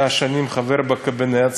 היה שנים חבר בקבינט,